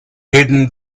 hidden